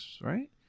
right